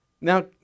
Now